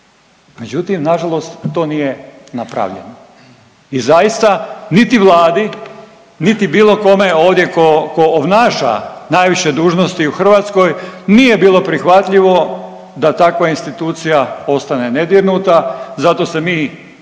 Međutim, nažalost to nije napravljeno. I zaista niti vladi, niti bilo kome ovdje tko, tko obnaša najviše dužnosti u Hrvatskoj nije bilo prihvatljivo da takva institucija ostane nedirnuta zato se mi,